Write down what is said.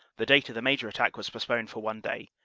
the date of the major attack was post poned for one day,